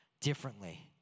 differently